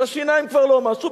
כשהשיניים כבר לא משהו,